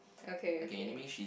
okay okay